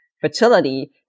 fertility